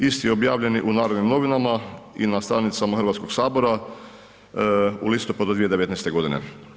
Isti je objavljen i u Narodnim novinama i na stranicama Hrvatskog sabora u listopadu 2019. godine.